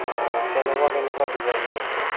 অঁ কেনেকুৱা কেনেকুৱা ডিজাইনৰ আছে